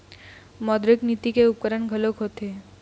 मौद्रिक नीति के उपकरन घलोक होथे